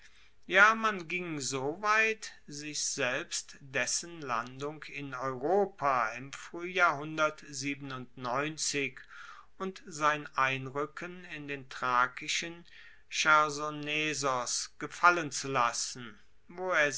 ja man ging so weit sich selbst dessen landung in europa im fruehjahr und sein einruecken in den thrakischen chersonesos gefallen zu lassen